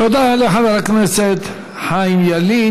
תודה לחבר הכנסת חיים ילין.